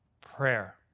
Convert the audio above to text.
prayer